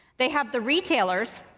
they have the retailers,